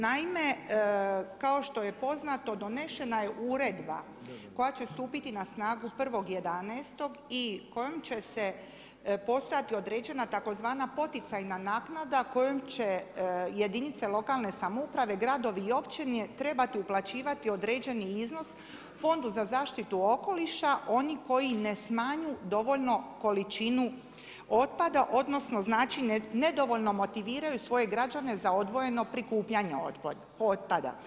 Naime, kao što je poznato, donešena je uredba koja će stupiti na snagu 1.11. i kojom će se, postojati određena tzv. poticajna naknada, kojom će jedinice lokalne samouprave, gradovi i općini trebati uplaćivati određeni iznos Fondu za zaštitu okoliša, oni koji ne smanjuju dovoljno količinu otpada, odnosno, znači nedovoljno motiviraju svoje građane za odvojeno prikupljanje otpada.